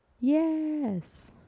Yes